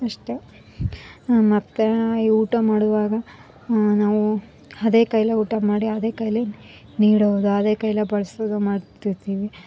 ಅಷ್ಟೆ ಮತ್ತೆ ಈ ಊಟ ಮಾಡುವಾಗ ನಾವು ಅದೇ ಕೈಯ್ಯಲ್ಲೆ ಊಟ ಮಾಡಿ ಅದೇ ಕೈಯ್ಯಲ್ಲಿ ನೀಡೋದು ಅದೇ ಕೈಯ್ಯಲ್ಲೆ ಬಡಿಸೋದು ಮಾಡ್ತಿರ್ತೀವಿ